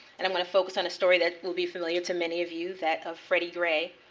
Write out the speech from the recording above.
and i'm going to focus on a story that will be familiar to many of you, that of freddie gray,